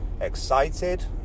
excited